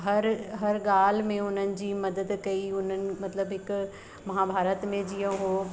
हर हर ॻाल्हि में उन्हनि जी मदद कई हुई हुननि मतिलब हिकु महाभारत में जीअं हो